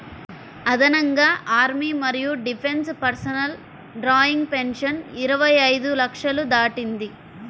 అదనంగా ఆర్మీ మరియు defence personnel drawing pension ఇరవై ఐదు లక్షలు దాటింది